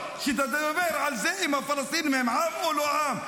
שידבר על האם הפלסטינים הם עם או לא עם.